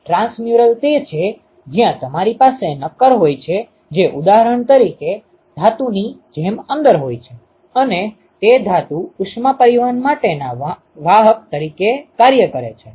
transmural તે છે જ્યાં તમારી પાસે નક્કર હોય છે જે ઉદાહરણ તરીકે ધાતુની જેમ અંદર હોય છે અને તે ધાતુ ઉષ્મા પરિવહન માટેના વાહક તરીકે કાર્ય કરે છે